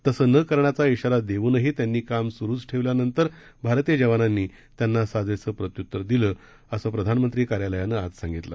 तसं न करण्याचा श्रारा देऊनही त्यांनी काम सुरूच ठेवल्यानंतर भारतीय जवानांनी त्यांना साजेसं प्रत्युत्तर दिलं असं प्रधामंत्री कार्यालयानं आज सांगितलं